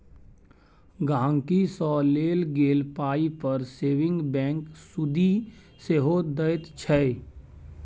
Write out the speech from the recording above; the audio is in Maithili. गांहिकी सँ लेल गेल पाइ पर सेबिंग बैंक सुदि सेहो दैत छै